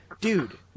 dude